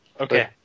Okay